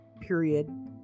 period